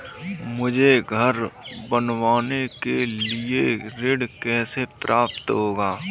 मुझे घर बनवाने के लिए ऋण कैसे प्राप्त होगा?